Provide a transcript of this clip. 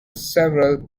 several